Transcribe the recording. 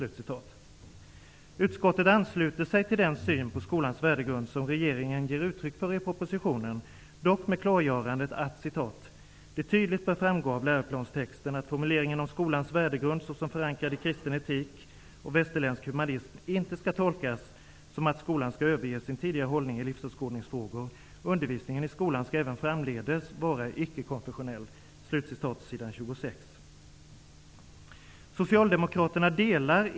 Utskottet ansluter sig till den syn på skolans värdegrund som regeringen ger uttryck för i propositionen, dock med klargörandet att ''det tydligt bör framgå av läroplanstexten att formuleringen om skolans värdegrund såsom förankrad i kristen etik och västerländsk humanism inte skall tolkas som att skolan skall överge sin tidigare hållning i livsåskådningsfrågor. Undervisningen i skolan skall även framdeles vara icke-konfessionell.''